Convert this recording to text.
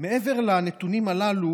מעבר לנתונים הללו,